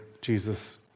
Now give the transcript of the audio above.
Jesus